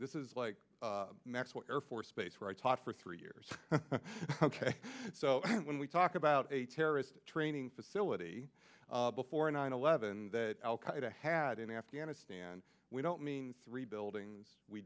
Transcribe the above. this is like maxwell air force base where i taught for three years ok so when we talk about a terrorist training facility before nine eleven that al qaeda had in afghanistan we don't mean three buildings we